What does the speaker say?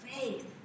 faith